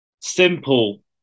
simple